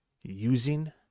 using